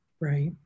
right